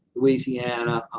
louisiana,